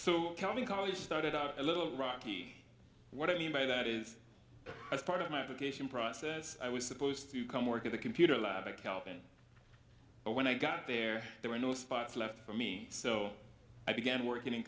so tell me how you started out a little rocky what i mean by that is as part of my application process i was supposed to come work at the computer lab accounting but when i got there there were no spots left for me so i began working